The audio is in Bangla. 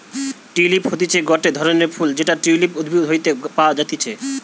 টিউলিপ হতিছে গটে ধরণের ফুল যেটা টিউলিপ উদ্ভিদ হইতে পাওয়া যাতিছে